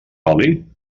oli